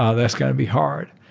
ah that's going to be hard.